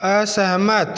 असहमत